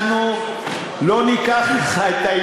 אנחנו לא ניקח לך את,